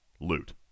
loot